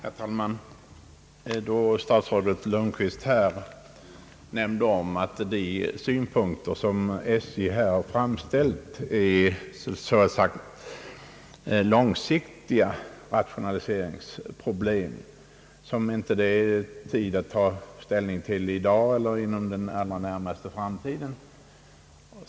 Herr talman! Statsrådet Lundkvist nämnde att de synpunkter som SJ här framfört var så att säga långsiktiga rationaliseringsproblem som det inte fanns tid att ta ställning till i dag eller inom den allra närmaste framtiden.